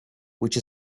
which